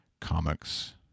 comics